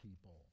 people